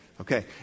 Okay